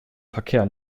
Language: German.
verkehr